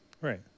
right